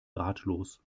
ratlos